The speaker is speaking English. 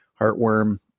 heartworm